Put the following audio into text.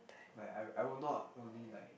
like I I will not only like